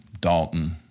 Dalton